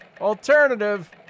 Alternative